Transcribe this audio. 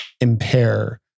impair